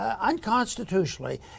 unconstitutionally